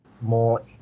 more